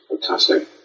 fantastic